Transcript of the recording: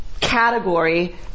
category